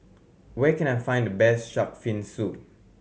where can I find the best shark fin soup